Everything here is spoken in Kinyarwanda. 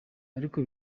ariko